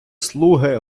слуги